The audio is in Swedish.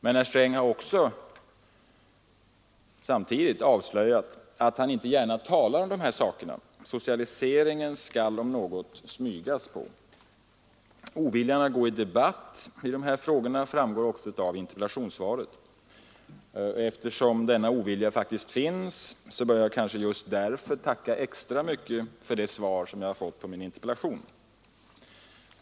Men herr Sträng har också samtidigt avslöjat att han inte gärna talar om de här sakerna. Socialiseringen skall om något smygas på. Oviljan att gå in på debatt i de här frågorna framgår även av interpellationssvaret. Eftersom denna ovilja faktiskt finns, bör jag kanske just därför tacka extra mycket för det svar som jag fått på min interpellation.